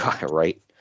Right